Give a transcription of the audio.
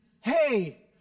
hey